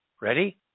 ready